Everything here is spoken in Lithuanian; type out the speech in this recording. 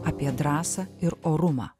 apie drąsą ir orumą